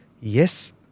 Yes